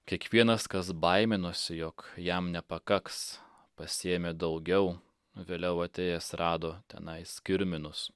kiekvienas kas baiminosi jog jam nepakaks pasiėmė daugiau vėliau atėjęs rado tenai kirminus